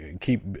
keep